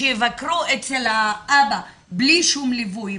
שיבקרו אצל האבא בלי שום ליווי,